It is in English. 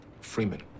Freeman